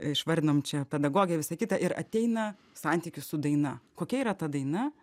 išvardinom čia pedagogė visa kita ir ateina santykis su daina kokia yra ta daina